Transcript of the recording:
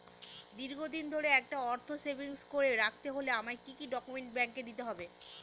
দীর্ঘদিন ধরে একটা অর্থ সেভিংস করে রাখতে হলে আমায় কি কি ডক্যুমেন্ট ব্যাংকে দিতে হবে?